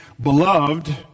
Beloved